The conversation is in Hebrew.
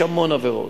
יש המון עבירות.